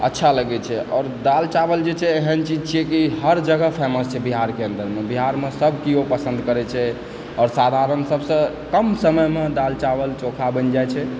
अच्छा लगै छै आओर दालि चावल जे छै एहन चीज छियै कि हर जगह फेमस छै बिहारके बिहारमे सभ केओ पसन्द करय छै आओर साधारण सभसँ कम समयमे दालि चावल चोखा बनि जाइत छै